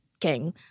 King